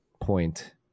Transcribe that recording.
point